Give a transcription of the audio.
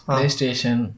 PlayStation